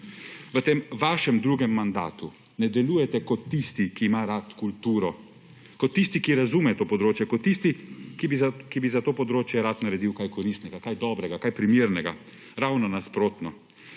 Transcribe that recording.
V tem vašem drugem mandatu ne delujete kot tisti, ki ima rad kulturo, kot tisti, ki razume to področje, kot tisti, ki bi za to področje rad naredil kaj koristnega, kaj dobrega, kaj primernega. Ravno nasprotno;